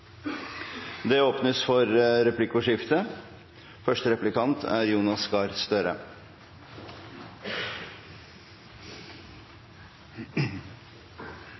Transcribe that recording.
Det åpnes for replikkordskifte